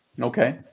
okay